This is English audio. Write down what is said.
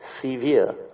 severe